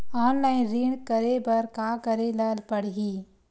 Online ऋण करे बर का करे ल पड़हि?